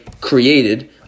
created